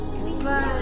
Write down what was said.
Goodbye